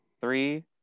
Three